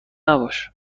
نباش